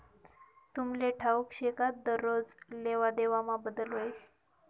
तुमले ठाऊक शे का दरोज लेवादेवामा बदल व्हस